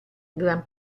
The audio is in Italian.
gran